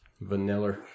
Vanilla